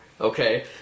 Okay